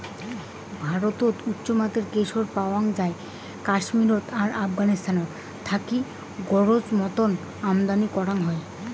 ভারতত উচ্চমানের কেশর পাওয়াং যাই কাশ্মীরত আর আফগানিস্তান থাকি গরোজ মতন আমদানি করাং হই